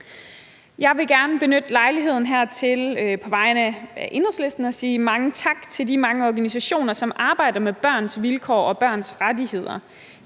Jeg vil gerne benytte lejligheden til på vegne af Enhedslisten at sige mange tak til de mange organisationer, som arbejder med børns vilkår og børns rettigheder.